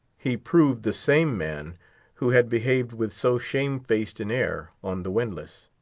he proved the same man who had behaved with so shame-faced an air on the windlass.